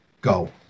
go